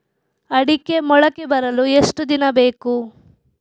ಅಡಿಕೆ ಮೊಳಕೆ ಬರಲು ಎಷ್ಟು ದಿನ ಬೇಕು?